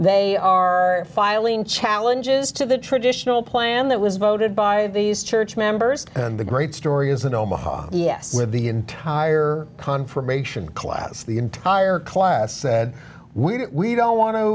they are filing challenges to the traditional plan that was voted by these church members and the great story is an omaha vs the entire confirmation class the entire class said we do we don't want to